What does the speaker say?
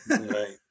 Right